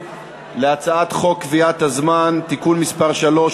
להצעת חוק קביעת הזמן (תיקון מס' 3),